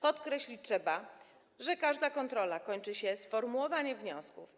Podkreślić trzeba, że każda kontrola kończy się sformułowaniem wniosków.